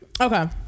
Okay